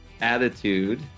attitude